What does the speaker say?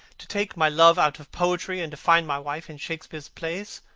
to take my love out of poetry and to find my wife in shakespeare's plays?